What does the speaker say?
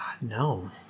no